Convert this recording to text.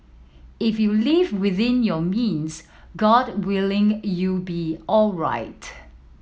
if you live within your means God willing you'll be alright